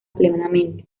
plenamente